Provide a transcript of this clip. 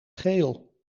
geel